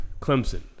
Clemson